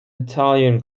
italian